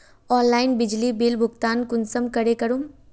Online बिजली bill भुगतान कुंसम करे करूम?